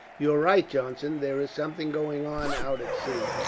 you are right, johnson, there is something going on out at sea,